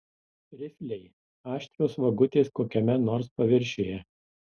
rifliai aštrios vagutės kokiame nors paviršiuje